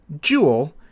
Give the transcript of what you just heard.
Joule